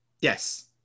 Yes